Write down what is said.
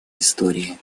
истории